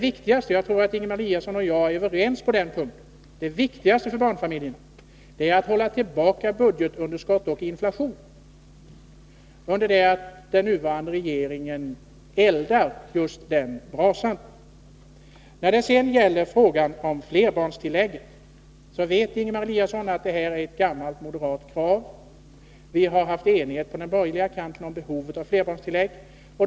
Jag tror att Ingemar Eliasson och jag är överens om att det viktigaste för barnfamiljerna är att vi håller tillbaka budgetunderskott och inflation i stället för att, som den nuvarande regeringen gör, elda under just den brasan. När det sedan gäller frågan om flerbarnstillägget vet Ingemar Eliasson att ett gammalt moderat krav har gällt just detta. Vi har varit eniga på den borgerliga kanten om behovet av flerbarnstillägg.